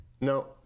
no